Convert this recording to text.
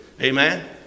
Amen